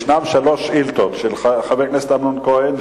יש שלוש שאילתות של חבר הכנסת אמנון כהן,